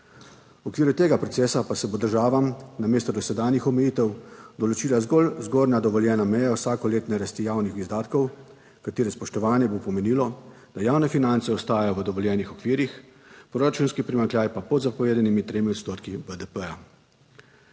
V okviru tega procesa pa se bo država namesto dosedanjih omejitev določila zgolj zgornja dovoljena meja vsakoletne rasti javnih izdatkov, katere spoštovanje bo pomenilo, da javne finance ostajajo v dovoljenih okvirjih, proračunski primanjkljaj pa pod zapovedanimi 3 odstotki BDP.